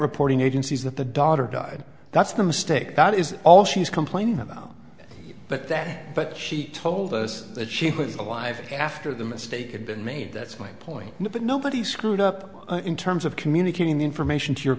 reporting agencies that the daughter died that's the mistake that is all she's complaining about but that but she told us that she was alive after the mistake had been made that's my point but nobody screwed up in terms of communicating the information to your